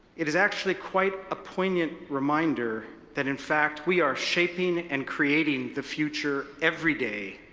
it is actually quite a poignant reminder that in fact, we are shaping and creating the future everyday,